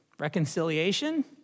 Reconciliation